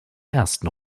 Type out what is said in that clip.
ersten